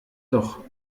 doch